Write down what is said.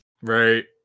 Right